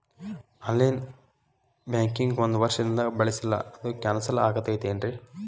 On line banking ಒಂದ್ ವರ್ಷದಿಂದ ಬಳಸಿಲ್ಲ ಅದು ಕ್ಯಾನ್ಸಲ್ ಆಗಿರ್ತದೇನ್ರಿ?